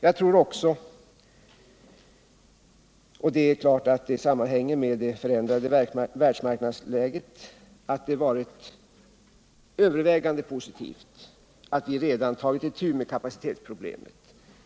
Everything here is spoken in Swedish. Jag tror också — det sammanhänger självklart med det förändrade världsmarknadsläget — att det varit övervägande positivt att vi redan tagit itu med kapacitetsproblemet.